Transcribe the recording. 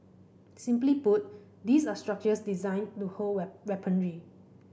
simply put these are structures designed to hold weaponry